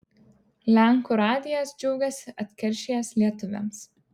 lenkų radijas džiaugiasi atkeršijęs lietuviams